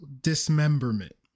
dismemberment